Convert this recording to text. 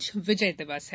आज विजय दिवस है